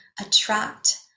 attract